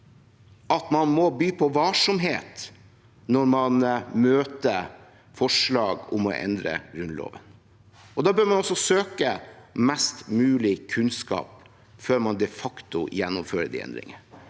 at man må by på varsomhet når man møter forslag om å endre Grunnloven. Da bør man også søke mest mulig kunnskap før man de facto gjennomfører de endringene.